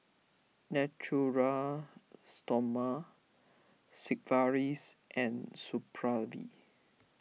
Natura Stoma Sigvaris and Supravit